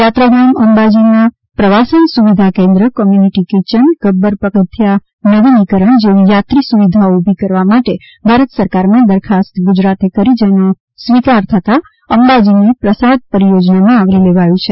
યાત્રાધામ અંબાજીમાં પ્રવાસન સુવિધા કેન્દ્ર કોમ્યુનીટી કિચન ગબ્બર પગથિયાં નવિનીકરણ જેવી યાત્રી સુવિધાઓ ઊભી કરવા માટે ભારત સરકારમાં દરખાસ્ત ગુજરાતે કરી જેનો સ્વીકાર થતાં અંબાજીને પ્રસાદ પરિયોજનામાં આવરી લેવાયું છે